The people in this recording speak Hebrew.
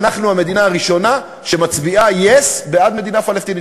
אנחנו המדינה הראשונה שמצביעה yes בעד מדינה פלסטינית.